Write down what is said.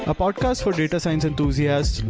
ah podcast for data science enthusiasts,